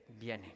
viene